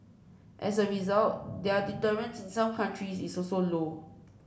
as a result their deterrence in some countries is also low